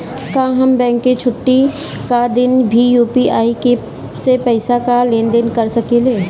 का हम बैंक के छुट्टी का दिन भी यू.पी.आई से पैसे का लेनदेन कर सकीले?